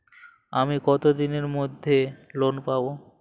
আমি কতদিনের মধ্যে লোন পাব?